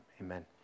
amen